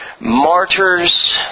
Martyrs